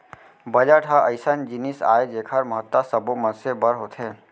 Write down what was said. budget ह अइसन जिनिस आय जेखर महत्ता सब्बो मनसे बर होथे